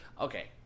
okay